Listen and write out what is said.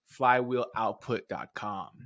FlywheelOutput.com